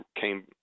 came